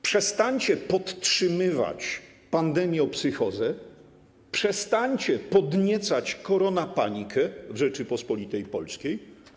Przestańcie podtrzymywać pandemiopsychozę, przestańcie podniecać koronapanikę w Rzeczypospolitej Polskiej.